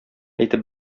әйтеп